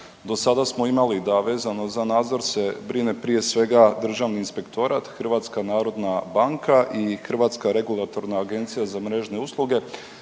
Do sada smo imali da vezano za nadzor se brine prije svega državni inspektorat, NNB i Hrvatska regulatorna agencija za mrežne usluge,